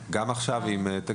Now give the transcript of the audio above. בדבר.